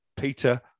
Peter